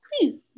please